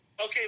Okay